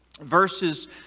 verses